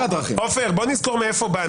עופר, בוא נזכור מאיפה באנו.